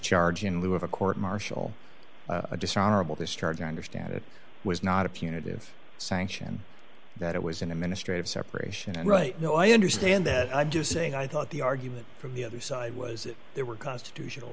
discharge in lieu of a court martial a dishonorable discharge you understand it was not a punitive sanction that it was in the ministry of separation and right now i understand that i'm just saying i thought the argument from the other side was there were constitutional